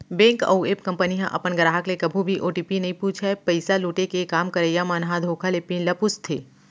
bank अउ app company ह अपन गराहक ले कभू भी ओ.टी.पी नइ पूछय, पइसा लुटे के काम करइया मन ह धोखा ले पिन ल पूछथे